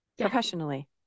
professionally